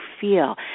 feel